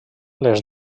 les